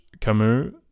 Camus